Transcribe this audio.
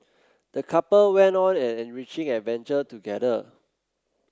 the couple went on an enriching adventure together